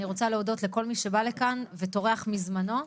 רוצה להודות לכל מי שב לכאן וטורח מזמנו,